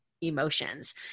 emotions